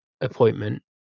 appointment